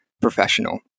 professional